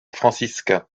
franciscain